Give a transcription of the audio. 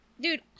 Dude